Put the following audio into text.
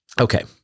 Okay